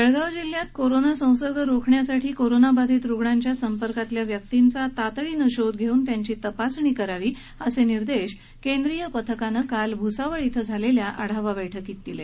जळगांव जिल्ह्यात कोरोना संसर्ग रोखण्यासाठी कोरोनाबाधित रुग्णांच्या संपर्कातल्या व्यक्तींचा तातडीनं शोध घेऊन त्यांची तपासणी करावी असे निर्देश केंद्रीय समितीनं काल भूसावळ बैठकीत इथं झालेल्या आढावा दिले